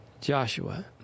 Joshua